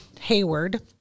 Hayward